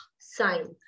sign